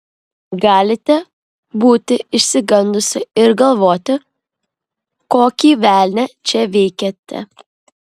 galite būti išsigandusi ir galvoti kokį velnią čia veikiate